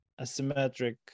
asymmetric